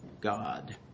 God